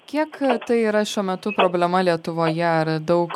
kiek tai yra šiuo metu problema lietuvoje ar daug